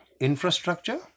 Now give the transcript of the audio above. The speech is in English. infrastructure